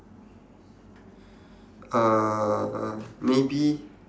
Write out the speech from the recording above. uh maybe